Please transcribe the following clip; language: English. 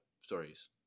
stories